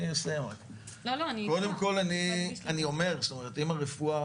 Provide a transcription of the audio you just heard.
אם הרפואה